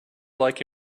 like